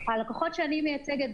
הלקוחות שאני מייצגת,